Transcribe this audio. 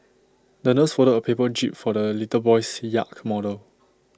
the nurse folded A paper jib for the little boy's yacht model